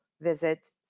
visit